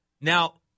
Now